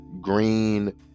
green